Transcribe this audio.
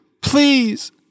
Please